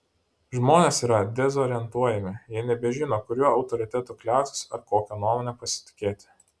žmonės yra dezorientuojami jie nebežino kuriuo autoritetu kliautis ar kokia nuomone pasitikėti